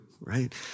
right